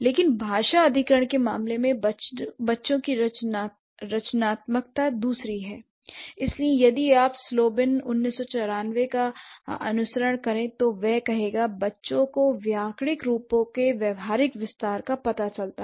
लेकिन भाषा अधिग्रहण के मामले में बच्चों की रचनात्मकता दूसरी है इसलिए यदि आप स्लोबिन का अनुसरण करें तो वह कहेगा बच्चों को व्याकरणिक रूपों के व्यावहारिक विस्तार का पता चलता है